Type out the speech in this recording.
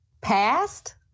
Past